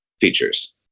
features